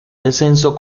descenso